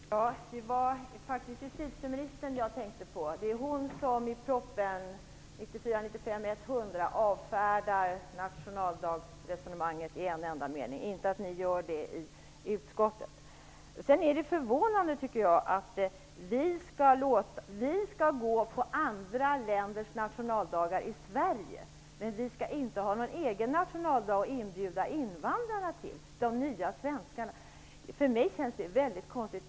Fru talman! Det var faktiskt justitieministern jag talade om. Det är hon som i propositionen 1994/95:100 avfärdar nationaldagsresonemanget i en enda mening. Jag menade inte att ni gör det i utskottet. Det är förvånande att vi i Sverige skall delta vid andra länders nationaldagsfirande men att vi inte skall ha någon egen nationaldag att bjuda in invandrarna, de nya svenskarna till. För mig känns det väldigt konstigt.